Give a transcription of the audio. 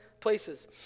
places